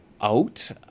out